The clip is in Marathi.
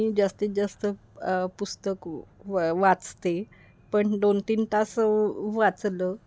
मी जास्तीत जास्त पुस्तक व वाचते पण दोन तीन तास वाचलं